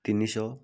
ତିନି ଶହ